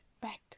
back